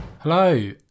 Hello